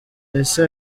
ese